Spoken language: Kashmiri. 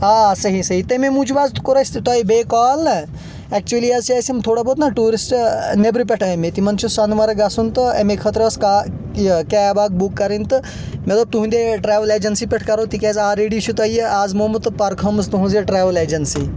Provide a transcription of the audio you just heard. آ صحیح صحیح تٔمے موجوٗب حظ کٔر تۄہہِ اَسہِ بیٚیہِ کال نا اَسہِ حظ چھ تھوڑا بہت ٹیوٗرِسٹ نیٚبرٕ پٮ۪ٹھ آمٕتۍ تِمن چھُ سۄنہٕ مٔرگ گژھُن تہٕ أمے خأطرٕ أس کار یہِ کیب اکھ بُک کرٕنۍ تہٕ مےٚ دوٚپ تُہنٛدے ٹریول اجنسی پٮ۪ٹھ کرو تِکیٛازِ آلریڈی چھ تۄہہِ یہِ آزمأومٕژ تہٕ پرکھأومٕژ تُہٕنٛز یہِ ٹریول اجنسی